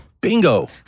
Bingo